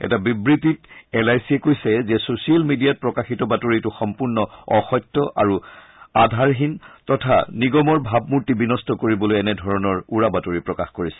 এটা বিবৃতিত L I চিয়ে কৈছে যে ছচিয়েল মিডিয়াত প্ৰকাশিত বাতৰিটো সম্পূৰ্ণ অসত্য আৰু আধাৰহীন তথা নিগমৰ ভাৱমূৰ্তি বিনষ্ট কৰিবলৈ এনেধৰণৰ উৰাবাতৰি প্ৰকাশ কৰিছে